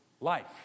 life